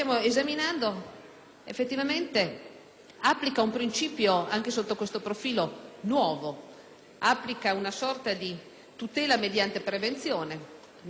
effettivamente applica un principio nuovo anche sotto questo profilo: applica una sorta di tutela mediante prevenzione, nella consapevolezza